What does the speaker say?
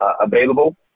available